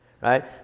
Right